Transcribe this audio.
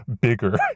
bigger